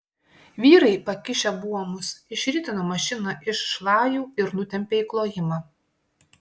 vyrai pakišę buomus išritino mašiną iš šlajų ir nutempė į klojimą